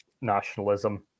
nationalism